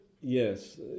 Yes